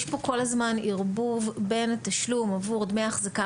יש פה כל הזמן ערבוב בין התשלום עבור דמי אחזקה